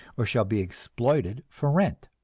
or shall be exploited for rent!